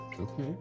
Okay